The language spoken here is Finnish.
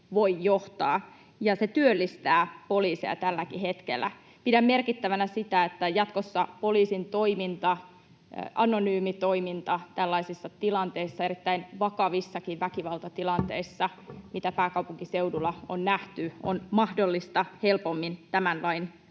se työllistää poliiseja tälläkin hetkellä. Pidän merkittävänä sitä, että jatkossa poliisin toiminta, anonyymi toiminta, tällaisissa tilanteissa, erittäin vakavissakin väkivaltatilanteissa, mitä pääkaupunkiseudulla on nähty, on mahdollista helpommin tämän lain myötä.